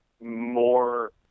more